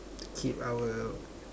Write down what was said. keep our